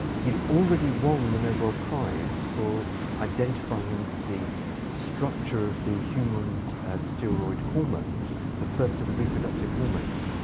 he'd already won the nobel prize for identifying the structure of the human steroid hormones the first of the reproductive hormones.